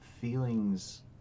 feelings